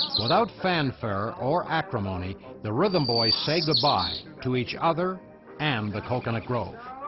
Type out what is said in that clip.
without fanfare or acrimony, the rhythm boys say goodbye. to each other and the cocoanut grove.